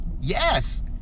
Yes